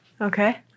Okay